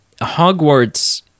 Hogwarts